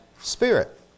spirit